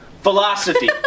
Philosophy